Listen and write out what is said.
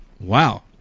Wow